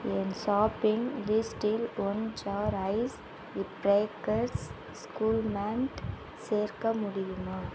என் shopping லிஸ்டில் one jar ice breakers ஸ்கூல்மெண்ட் சேர்க்க முடியுமா